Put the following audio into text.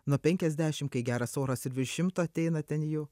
nuo penkiasdešim kai geras oras ir virš šimto ateina ten jų